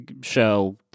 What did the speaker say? show